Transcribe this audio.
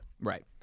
Right